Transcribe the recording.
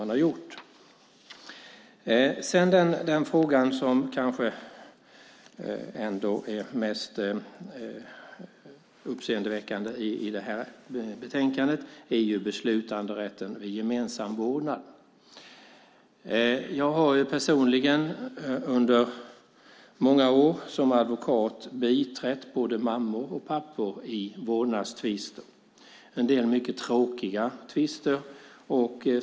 När det gäller frågan som kanske är mest uppseendeväckande i betänkandet, alltså beslutanderätten vid gemensam vårdnad, har jag personligen under många år som advokat biträtt både mammor och pappor i vårdnadstvister, en del mycket tråkiga sådana.